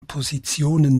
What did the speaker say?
positionen